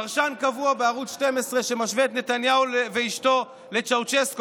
פרשן קבוע בערוץ 12 שמשווה את נתניהו ואשתו לצ'אושסקו,